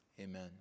Amen